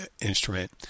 instrument